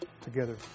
together